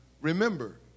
remember